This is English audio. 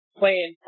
playing